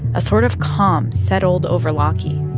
a sort of calm settled over laki.